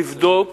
לבדוק